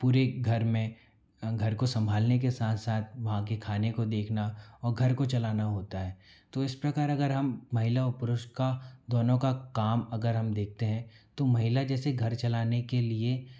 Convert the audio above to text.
पूरे घर में घर को संभालने के साथ साथ वहां के खाने को देखना और घर को चलाना होता हे तो इस प्रकार अगर हम महिला और पुरुष का दोनों का काम अगर हम देखते हैं तो महिला जैसे घर चलाने के लिए